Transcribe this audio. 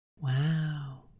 Wow